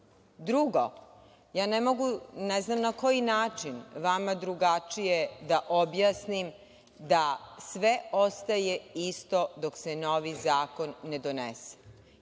i osnovno. Drugo, ne znam na koji način vama drugačije da objasnim da sve ostaje isto dok se novi zakon ne donese.